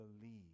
believe